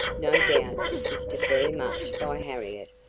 no doubt assisted very much by harriet,